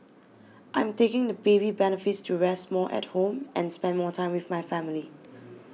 I'm taking the baby benefits to rest more at home and spend more time with my family